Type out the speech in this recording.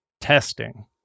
testing